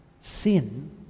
Sin